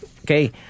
Okay